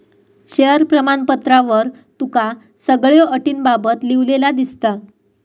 share प्रमाणपत्रावर तुका सगळ्यो अटींबाबत लिव्हलेला दिसात